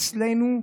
אצלנו,